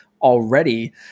already